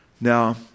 Now